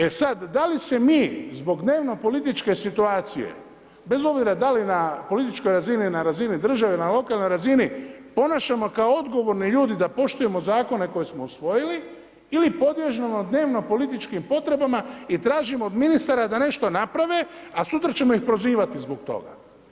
E sad, da li se mi zbog dnevno političke situacije, bez obzira da li na političkoj razini, na razini države, na lokalnoj razini ponašamo kao odgovorni ljudi da poštujemo zakone koje smo usvojili ili podliježemo dnevno političkim potrebama i tražimo od ministara da nešto naprave, a sutra ćemo ih prozivati zbog toga.